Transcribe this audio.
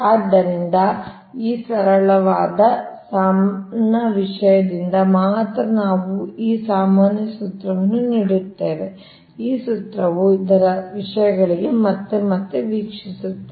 ಆದ್ದರಿಂದ ಈ ಸರಳವಾದ ಸಣ್ಣ ವಿಷಯದಿಂದ ಮಾತ್ರ ನಾವು ಈ ಸಾಮಾನ್ಯ ಸೂತ್ರವನ್ನು ನೀಡುತ್ತೇವೆ ಈ ಸೂತ್ರವು ಇತರ ವಿಷಯಗಳಿಗೆ ಮತ್ತೆ ಮತ್ತೆ ವೀಕ್ಷಿಸುತ್ತದೆ